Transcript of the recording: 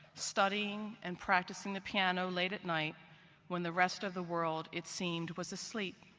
studying, and practicing the piano late at night when the rest of the world it seemed was asleep,